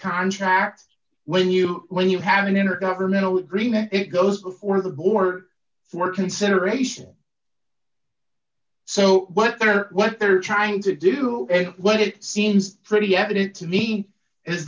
contract when you when you have an intergovernmental agreement it goes before the court for consideration so what they're what they're trying to do and what it seems pretty evident to me is